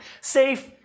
safe